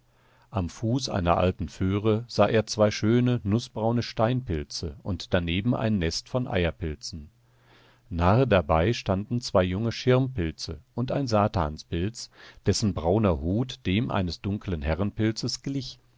am fuß einer alten föhre sah er zwei schöne nußbraune steinpilze und daneben ein nest von eierpilzen nahe dabei standen zwei junge schirmpilze und ein satanspilz dessen brauner hut dem eines dunklen herrenpilzes glich